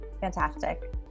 Fantastic